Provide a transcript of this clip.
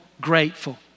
grateful